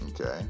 Okay